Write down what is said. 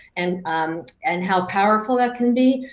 and um and how powerful that can be.